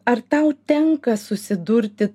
ar tau tenka susidurti